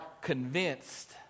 convinced